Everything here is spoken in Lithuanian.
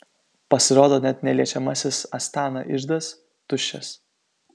pasirodo net neliečiamasis astana iždas tuščias